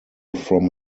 from